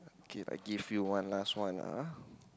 K lah give you one last one lah